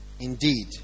Indeed